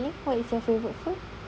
darling what is your favourite food